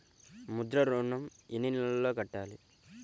ముద్ర ఋణం ఎన్ని నెలల్లో కట్టలో చెప్పగలరా?